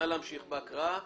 נא להמשיך בהקראה.